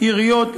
עיריות,